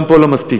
גם פה לא מספיק.